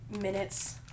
minutes